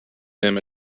them